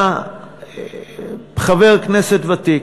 אתה חבר כנסת ותיק,